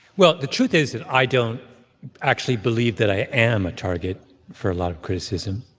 well, the truth is that i don't actually believe that i am a target for a lot of criticism.